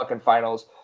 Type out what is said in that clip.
finals